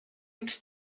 its